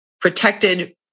protected